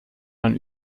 man